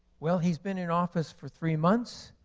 well, he's been in office for three months,